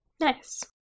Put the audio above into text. Nice